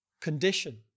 condition